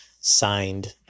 signed